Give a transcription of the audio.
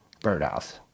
Birdhouse